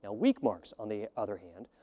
ah weak marks, on the other hand,